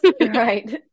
Right